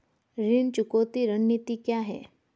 ऋण चुकौती रणनीति क्या है?